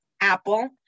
Apple